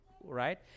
right